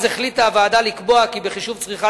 אז החליטה הוועדה לקבוע כי בחישוב צריכת